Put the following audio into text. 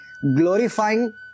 glorifying